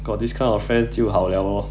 got this kind of fans 就好 liao orh